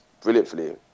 brilliantly